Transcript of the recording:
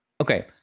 okay